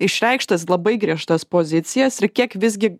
išreikšt tas labai griežtas pozicijas ir kiek visgi